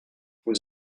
vous